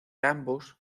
ambos